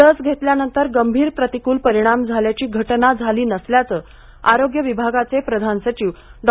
लस घेतल्यानंतर गंभीर प्रतिकुल परिणाम झाल्याची घटना झाली नसल्याचं आरोग्य विभागाचे प्रधान सचिव डॉ